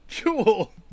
cool